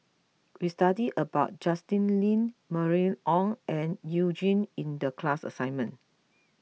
we studied about Justin Lean Mylene Ong and You Jin in the class assignment